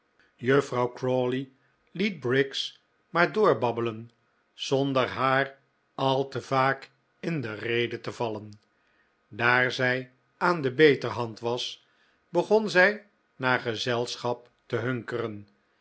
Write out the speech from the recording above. juffrouw crawley liet briggs maar doorbabbelen zonder haar al te vaak in de rede te vallen daar zij aan de beterhand was begon zij naar gezelschap te hunkeren